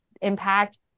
impact